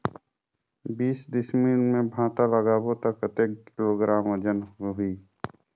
बीस डिसमिल मे भांटा लगाबो ता कतेक किलोग्राम वजन होही?